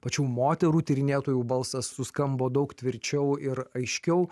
pačių moterų tyrinėtojų balsas suskambo daug tvirčiau ir aiškiau